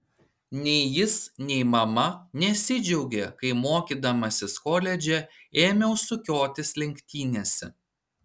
nei jis nei mama nesidžiaugė kai mokydamasis koledže ėmiau sukiotis lenktynėse